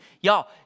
y'all